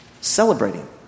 celebrating